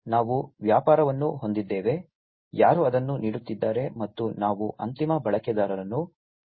ಆದ್ದರಿಂದ ನಾವು ವ್ಯಾಪಾರವನ್ನು ಹೊಂದಿದ್ದೇವೆ ಯಾರು ಅದನ್ನು ನೀಡುತ್ತಿದ್ದಾರೆ ಮತ್ತು ನಾವು ಅಂತಿಮ ಬಳಕೆದಾರರನ್ನು ಹೊಂದಿದ್ದೇವೆ